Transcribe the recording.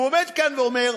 והוא עומד כאן ואומר: